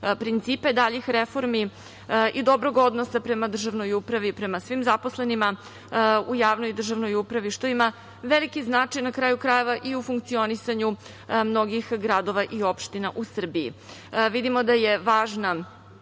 principe daljih reformi i dobrog odnosa prema državnoj upravi i prema svim zaposlenima u javnoj državnoj upravi, što ima veliki značaj, na kraju krajeva, i u funkcionisanju mnogih gradova i opština u Srbiji. Vidimo